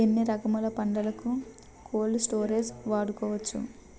ఎన్ని రకములు పంటలకు కోల్డ్ స్టోరేజ్ వాడుకోవచ్చు?